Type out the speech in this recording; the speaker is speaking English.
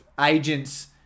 agents